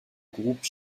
groupe